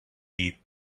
eat